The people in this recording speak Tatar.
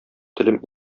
телем